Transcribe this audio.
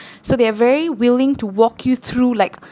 so they are very willing to walk you through like